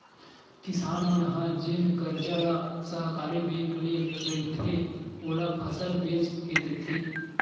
किसान मन ह जेन करजा ल सहकारी बेंक ले रहिथे, ओला फसल बेच के देथे